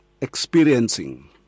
experiencing